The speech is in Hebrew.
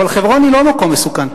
אבל חברון היא לא מקום מסוכן,